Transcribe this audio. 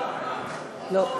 לא.